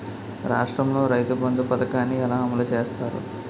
రాష్ట్రంలో రైతుబంధు పథకాన్ని ఎలా అమలు చేస్తారు?